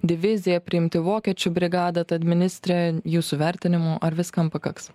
diviziją priimti vokiečių brigadą tad ministre jūsų vertinimu ar viskam pakaks